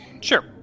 Sure